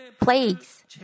plagues